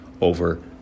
over